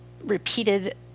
repeated